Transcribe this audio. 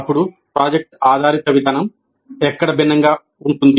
అప్పుడు ప్రాజెక్ట్ ఆధారిత విధానం ఎక్కడ భిన్నంగా ఉంటుంది